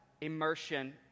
immersion